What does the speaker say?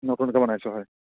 নতুনকৈ বনাইছোঁ হয়